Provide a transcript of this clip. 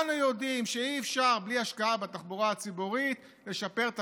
לכם: יהיה גירעון, לא בור תקציבי, יהיה בולען.